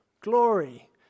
glory